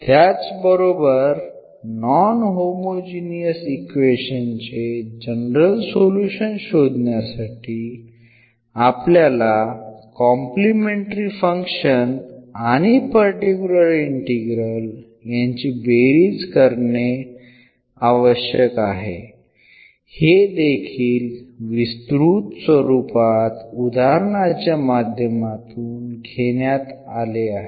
त्याचबरोबर non homogeneous equation चे general solution शोधण्यासाठी आपल्याला कॉम्प्लिमेंटरी फंक्शन आणि पर्टिक्युलर इंटीग्रल यांची बेरीज करणे आवश्यक आहे हेदेखील विस्तृत स्वरूपात उदाहरणाच्या माध्यमातून घेण्यात आले आहे